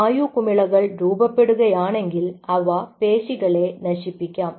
വായു കുമിളകൾ രൂപപ്പെടുകയാണെങ്കിൽ അവ പേശികളെ നശിപ്പിക്കാം